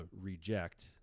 reject